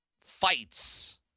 fights